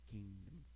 Kingdom